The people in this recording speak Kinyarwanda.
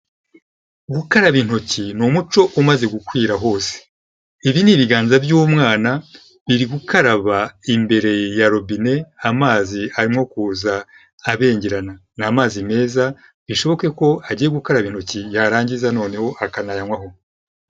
Gukaraba intoki ni umuco umaze gukwira hose, ibi ni ibiganza by'umwana biri gukaraba imbere ya robine amazi arimo kuza abengerana, ni amazi meza, bishoboke ko agiye gukaraba intoki yarangiza noneho akanayanywaho.